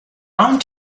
round